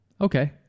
Okay